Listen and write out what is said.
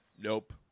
Nope